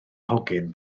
hogyn